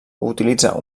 utilitza